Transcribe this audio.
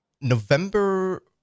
November